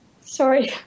sorry